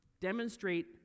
demonstrate